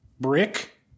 Brick